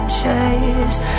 chase